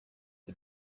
the